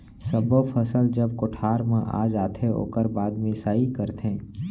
सब्बो फसल जब कोठार म आ जाथे ओकर बाद मिंसाई करथे